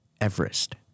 Everest